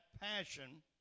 passion